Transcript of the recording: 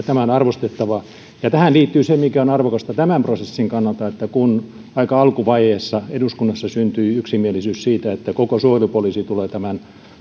tämä on arvostettavaa tähän liittyy se mikä on arvokasta tämän prosessin kannalta että kun aika alkuvaiheessa eduskunnassa syntyi yksimielisyys siitä että koko suojelupoliisi tulee tämän